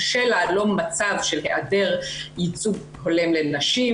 קשה להלום מצב של היעדר ייצוג הולם לנשים,